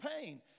pain